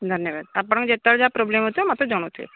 ଧନ୍ୟବାଦ ଆପଣଙ୍କ ଯେତେବଳେ ଯାହା ପ୍ରୋବ୍ଲେମ୍ ହେଉଥିବ ମୋତେ ଜଣାଉଥିବେ